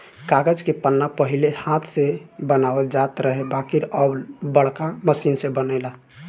कागज के पन्ना पहिले हाथ से बनावल जात रहे बाकिर अब बाड़का मशीन से बनेला